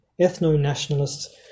Ethno-nationalists